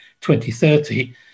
2030